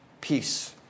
peace